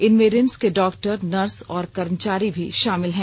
इनमें रिम्स के doctor nurse और कर्मचारी भी शामिल हैं